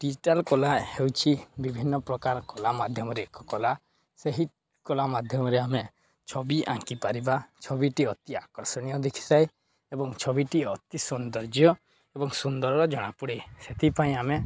digital କଳା ହେଉଛି ବିଭିନ୍ନ ପ୍ରକାର କଳା ମାଧ୍ୟମରେ ଏକ କଳା ସେହି କଳା ମାଧ୍ୟମରେ ଆମେ ଛବି ଆଙ୍କିପାରିବା ଛବିଟି ଅତି ଆକର୍ଷଣୀୟ ଦେଖାଯାଏ ଏବଂ ଛବିଟି ଅତି ସୌନ୍ଦର୍ଯ୍ୟ ଏବଂ ସୁନ୍ଦର ଜଣାପଡ଼େ ସେଥିପାଇଁ ଆମେ